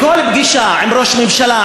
בכל פגישה עם ראש הממשלה,